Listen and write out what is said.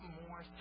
more